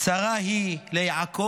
צרה היא ליעקב